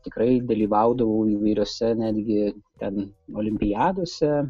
tikrai dalyvaudavau įvairiose netgi ten olimpiadose